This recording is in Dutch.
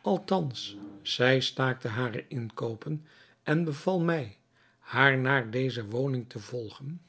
althans zij staakte hare inkoopen en beval mij haar naar deze hare woning te volgen